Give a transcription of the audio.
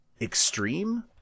extreme